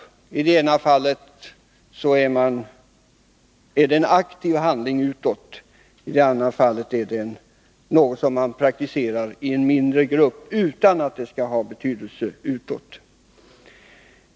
I det senare fallet är det en aktiv handling utåt, i det förra fallet är det något som man praktiserar i en mindre grupp utan att det skall ha någon betydelse utåt.